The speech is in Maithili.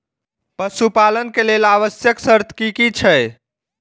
पशु पालन के लेल आवश्यक शर्त की की छै?